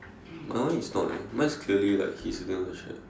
my one is not eh mine is like clearly he is siting on the chair